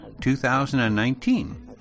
2019